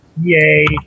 Yay